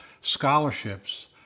scholarships